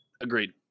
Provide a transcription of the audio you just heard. Agreed